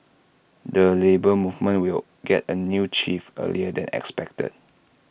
the Labour Movement will get A new chief earlier than expected